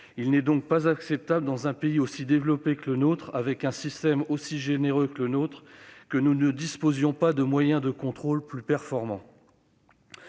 Il n'est pas acceptable, dans un pays aussi développé que le nôtre, avec un système aussi généreux que le nôtre, que nous ne disposions pas de moyens de contrôle plus performants.